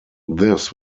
this